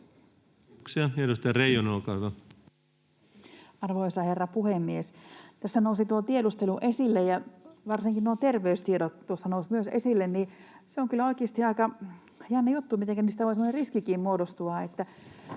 Arvoisa herra puhemies! Kun tässä nousi tuo tiedustelu esille ja varsinkin myös nuo terveystiedot nousivat esille, niin se on kyllä oikeasti aika jännä juttu, mitenkä niistä voi semmoinen riskikin